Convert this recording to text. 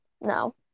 no